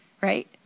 right